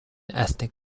ethnic